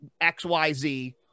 XYZ